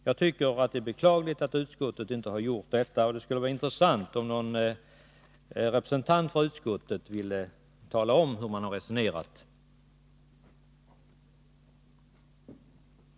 Jag tycker att det är beklagligt att utskottet inte har gjort detta. Det skulle vara intressant att få höra någon representant för utskottet här redogöra för hur man har resonerat inom utskottet.